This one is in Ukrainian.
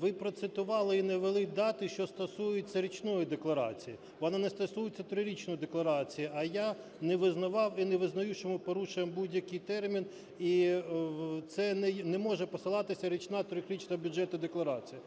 Ви процитували і навели дати, що стосується річної декларації, воно не стосується трирічної декларації. А я не визнавав і не визнаю, що ми порушуємо будь-який термін, і це не може посилатися річна, трирічна бюджетна декларація.